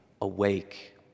awake